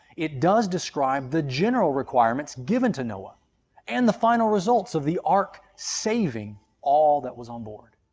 it does describe the general requirements given to noah and the final results of the ark saving all that was onboard.